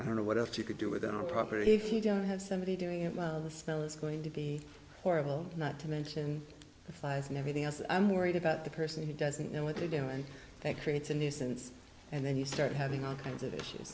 i don't know what if you could do without proper if you don't have somebody doing it the smell is going to be horrible not to mention the flies and everything else i'm worried about the person who doesn't know what to do and they create a nuisance and then you start having all kinds of issues